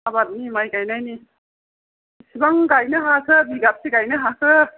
आबादनि माइ गायनायनि बिसिबां गायनो हाखो बिगाबेसे गायनो हाखो